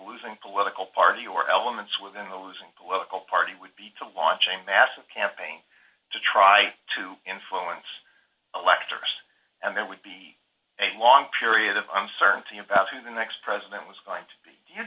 losing political party or elements within the losing political party would be to launch a massive campaign to try to influence electors and there would be a long period of uncertainty about who the next president was going to be